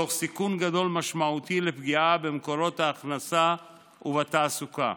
תוך סיכון גדול משמעותית לפגיעה במקורות ההכנסה ובתעסוקה.